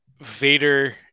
Vader